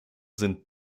sind